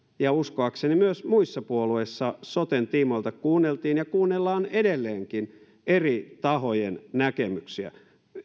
ja uskoakseni myös muissa puolueissa kuunneltiin ja kuunnellaan edelleenkin eri tahojen näkemyksiä